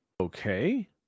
okay